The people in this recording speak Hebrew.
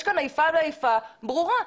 יש כאן איפה ואיפה ברורה.